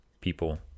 people